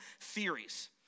theories